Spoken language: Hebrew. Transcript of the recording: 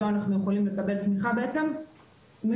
אנחנו יכולים לקבל תמיכה בעצם מקבע,